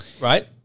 Right